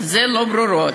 זה לא ברורות.